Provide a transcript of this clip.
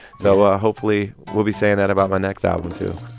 so ah hopefully we'll be saying that about my next album, too